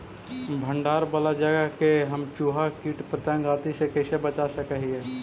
भंडार वाला जगह के हम चुहा, किट पतंग, आदि से कैसे बचा सक हिय?